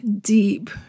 deep